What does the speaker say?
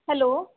hello